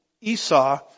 Esau